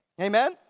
Amen